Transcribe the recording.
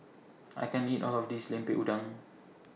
I can't eat All of This Lemper Udang